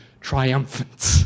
triumphant